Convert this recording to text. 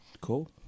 Cool